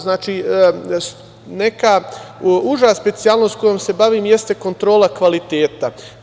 Znači, neka uža specijalnost kojom se bavim jeste kontrola kvaliteta.